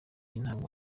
intango